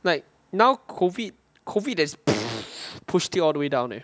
like now COVID COVID pushed it all the way down leh